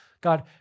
God